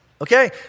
okay